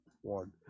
one